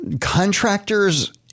contractors